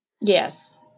Yes